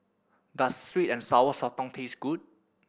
does sweet and Sour Sotong taste good